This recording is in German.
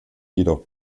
jedoch